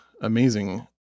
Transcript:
amazing